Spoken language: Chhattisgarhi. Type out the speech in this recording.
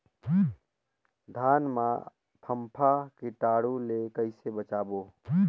धान मां फम्फा कीटाणु ले कइसे बचाबो?